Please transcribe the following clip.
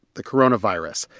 the coronavirus,